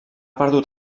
perdut